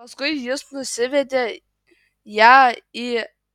paskui jis nusivedė ją į